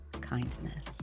kindness